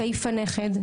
סעיף הנכד,